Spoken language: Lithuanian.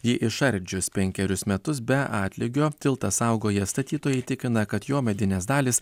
jį išardžius penkerius metus be atlygio tiltą saugoję statytojai tikina kad jo medinės dalys